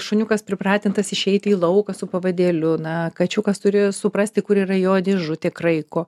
šuniukas pripratintas išeiti į lauką su pavadėliu na kačiukas turi suprasti kur yra jo dėžutė kraiko